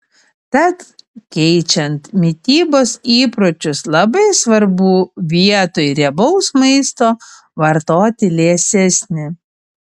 tad keičiant mitybos įpročius labai svarbu vietoj riebaus maisto vartoti liesesnį